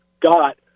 got